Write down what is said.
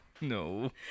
No